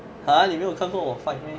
!huh! 你没有看过我 fight meh